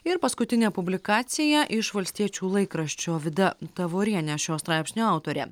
ir paskutinė publikacija iš valstiečių laikraščio vida tavorienė šio straipsnio autorė